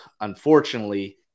unfortunately